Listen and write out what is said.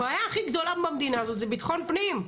הבעיה הכי גדולה במדינה הזאת זה ביטחון פנים.